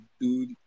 dude